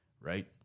Right